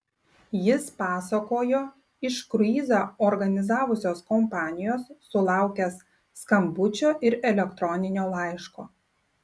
jis pasakojo iš kruizą organizavusios kompanijos sulaukęs skambučio ir elektroninio laiško